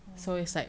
orh